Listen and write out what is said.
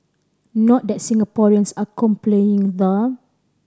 not that Singaporeans are complaining though